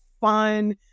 fun